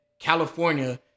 California